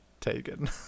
taken